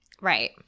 Right